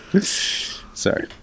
sorry